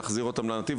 להחזיר אותם לנתיב,